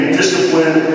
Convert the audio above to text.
discipline